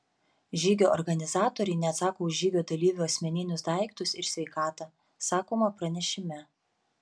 žygio organizatoriai neatsako už žygio dalyvių asmeninius daiktus ir sveikatą sakoma pranešime